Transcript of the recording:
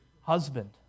husband